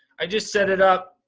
i just set it up.